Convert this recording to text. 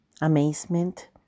amazement